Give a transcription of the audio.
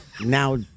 Now